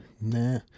Nah